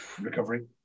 recovery